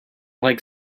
like